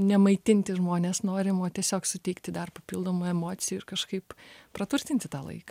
nemaitinti žmonės norima tiesiog suteikti dar papildomų emocijų ir kažkaip praturtinti tą laiką